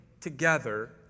Together